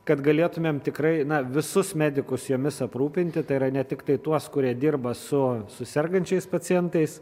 kad galėtumėm tikrai na visus medikus jomis aprūpinti tai yra ne tiktai tuos kurie dirba su su sergančiais pacientais